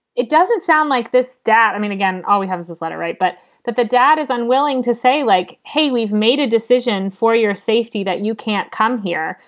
it doesn't sound like this, dad. i mean, again, all we have is this letter. right. but that the dad is unwilling to say, like, hey, we've made a decision for your safety, that you can't come here.